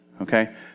Okay